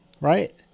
right